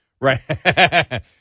Right